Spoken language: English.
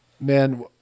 man